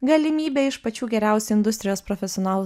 galimybę iš pačių geriausių industrijos profesionalų